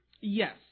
Yes